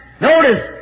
Notice